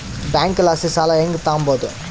ಬ್ಯಾಂಕಲಾಸಿ ಸಾಲ ಹೆಂಗ್ ತಾಂಬದು?